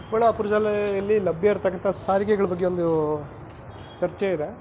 ಚಿಕ್ಕಬಳ್ಳಾಪುರದಲ್ಲಿ ಇಲ್ಲಿ ಲಭ್ಯ ಇರ್ತಕ್ಕಂಥ ಸಾರಿಗೆಗಳ ಬಗ್ಗೆ ಒಂದು ಚರ್ಚೆ ಇದೆ